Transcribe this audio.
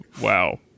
Wow